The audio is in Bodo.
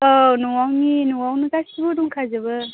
औ न'आवनि न'आवनो गासैबो दंखा जोबो